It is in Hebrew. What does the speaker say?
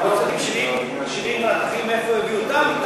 רתכים, ובגמר הקורס, 70 רתכים, מאיפה הביאו אותם?